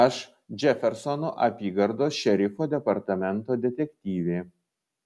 aš džefersono apygardos šerifo departamento detektyvė